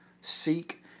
Seek